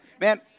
Man